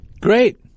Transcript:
Great